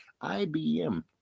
IBM